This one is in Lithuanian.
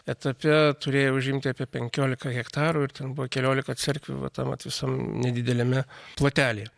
etape turėjo užimti apie penkiolika hektarų ir ten buvo keliolika cerkvių va tam vat visam nedideliame plotelyje